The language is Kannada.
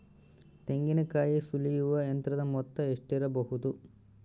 ತೆಂಗಿನಕಾಯಿ ಸುಲಿಯುವ ಯಂತ್ರದ ಮೊತ್ತ ಎಷ್ಟಿರಬಹುದು?